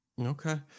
Okay